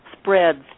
spreads